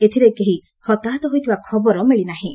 ଏଥିରେ କେହି ହତାହତ ହୋଇଥିବା ଖବର ମିଳିନାହିଁ